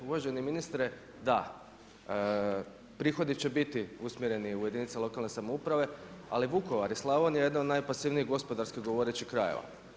Uvaženi ministre, da, prihodi će biti usmjereni u jedinice lokalne samouprave ali Vukovar i Slavonija su jedan od najpasivnijih gospodarski govoreći krajeva.